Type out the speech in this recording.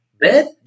bed